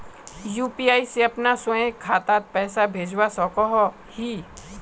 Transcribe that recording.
UPI से अपना स्वयं खातात पैसा भेजवा सकोहो ही?